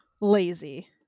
lazy